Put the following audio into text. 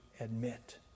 admit